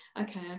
Okay